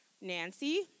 Nancy